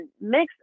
mix